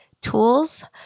tools